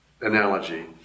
analogy